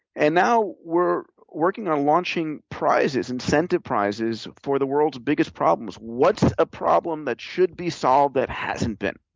and now, we're working on launching prizes, incentive prizes, for the world's biggest problems. what's a problem that should be solved that hasn't been,